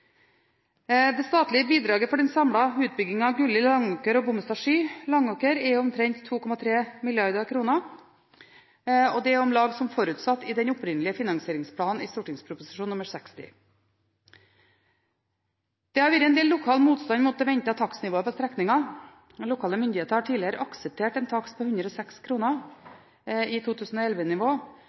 Det statlige bidraget for den samlede utbyggingen av Gulli–Langåker og Bommestad–Sky–Langåker er omtrent 2,3 mrd. kr, og det er om lag som forutsatt i den opprinnelige finansieringsplanen i St.prp. nr. 60. Det har vært en del lokal motstand mot det ventede takstnivået på strekningen, men lokale myndigheter har tidligere akseptert en takst på 106 kr i